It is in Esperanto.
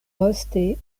poste